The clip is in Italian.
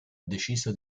deciso